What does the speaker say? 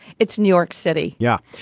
it's new york city yeah.